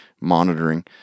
monitoring